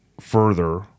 further